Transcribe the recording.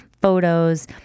photos